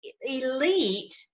elite